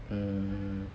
um